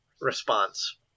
response